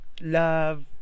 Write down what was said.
love